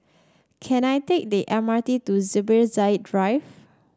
can I take the M R T to Zubir Said Drive